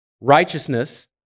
righteousness